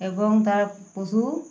এবং তার পশু